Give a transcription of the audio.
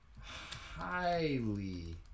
highly